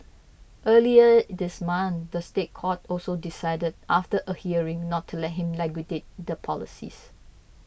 earlier this month the State Court also decided after a hearing not to let him liquidate the policies